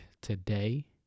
today